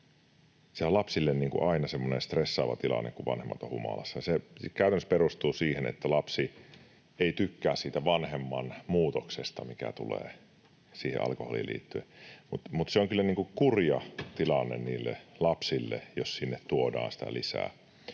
se on lapsille aina semmoinen stressaava tilanne, kun vanhemmat ovat humalassa. Se käytännössä perustuu siihen, että lapsi ei tykkää siitä vanhemman muutoksesta, mikä tulee alkoholiin liittyen. Se on kyllä kurja tilanne niille lapsille, jos sinne tuodaan sitä lisää.